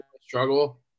struggle